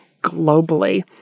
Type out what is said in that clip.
globally